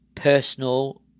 personal